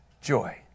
joy